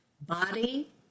body